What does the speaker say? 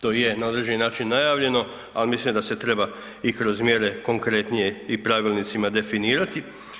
To je na određeni način najavljeno, al mislim da se treba i kroz mjere konkretnije i pravilnicima definirati.